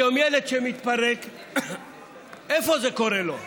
היום, ילד שמתפרק, איפה זה קורה לו?